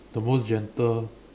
the most gentle